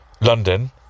London